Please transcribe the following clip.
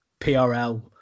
PRL